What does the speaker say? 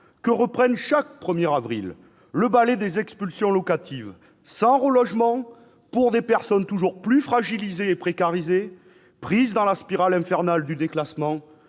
que reprenne chaque 1 avril le ballet des expulsions locatives sans relogement pour des personnes toujours plus fragilisées et précarisées, prises dans la spirale infernale du déclassement